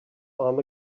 arm